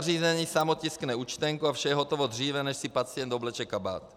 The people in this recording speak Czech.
Zařízení samo tiskne účtenku a vše je hotovo dříve, než si pacient obleče kabát.